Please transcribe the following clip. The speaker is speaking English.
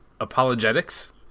apologetics